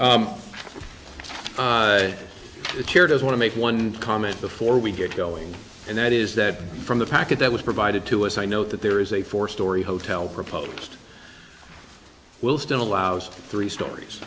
like a chair does want to make one comment before we get going and that is that from the package that was provided to us i know that there is a four story hotel proposed will still allows three stories